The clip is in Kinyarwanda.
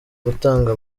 gutanga